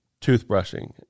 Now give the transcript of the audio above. toothbrushing